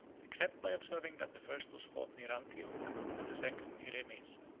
except by observing that the first was fought near antioch, and the second near emesa.